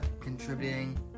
contributing